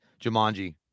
jumanji